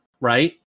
right